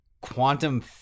quantum